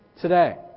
today